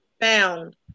found